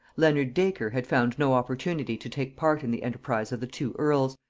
leonard dacre had found no opportunity to take part in the enterprise of the two earls,